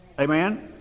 Amen